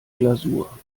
glasur